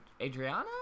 Adriana